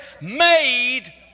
made